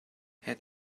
had